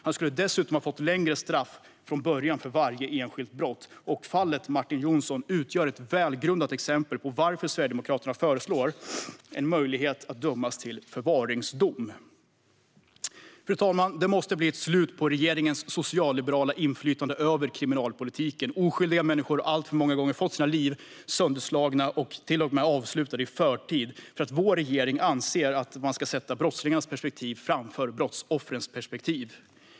Han skulle dessutom ha fått längre straff från början för varje enskilt brott. Fallet Martin Jonsson utgör ett välgrundat exempel på skälen till att Sverigedemokraterna föreslår en möjlighet att dömas till förvaringsdom. Fru talman! Det måste bli ett slut på regeringens socialliberala inflytande över kriminalpolitiken. Oskyldiga människor har alltför många gånger fått sina liv sönderslagna och till och med avslutade i förtid för att vår regering anser att brottslingarnas perspektiv ska sättas framför brottsoffrens perspektiv.